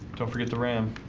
don't forget to ram